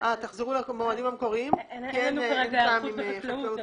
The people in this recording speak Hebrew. תחזרו למועדים המקוריים כי אין טעם אם חקלאות לא נמצא.